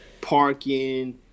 parking